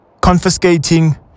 confiscating